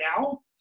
now